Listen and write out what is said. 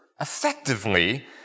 effectively